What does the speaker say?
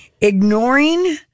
Ignoring